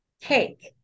cake